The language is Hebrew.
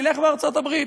נלך בארצות-הברית,